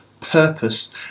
purpose